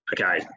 okay